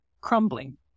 crumbling